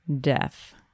death